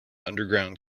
underground